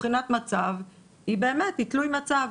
בחינת המצב היא באמת, היא תלוי מצב.